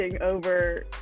over